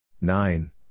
nine